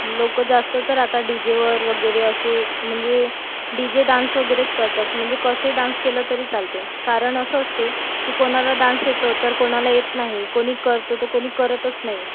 लोक जास्त तर आता डीजेवर वगैरे असे म्हणजे डी जे डान्स वगैरेच करतात म्हणजे कसे डान्स केलं तरी चालते कारण असं असते की कोणाला डान्स येतो तर कोणाला येत नाही कोणी करतो तू कोणी करतच नाही